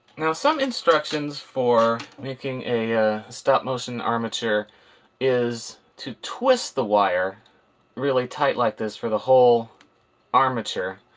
now, some instructions for making a stop-motion armature is to twist the wire really tight like this for the whole armature.